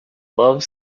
love